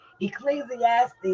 Ecclesiastes